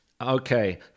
Okay